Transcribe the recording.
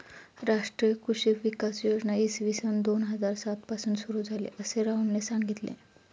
राष्ट्रीय कृषी विकास योजना इसवी सन दोन हजार सात पासून सुरू झाली, असे राहुलने सांगितले